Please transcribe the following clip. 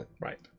Right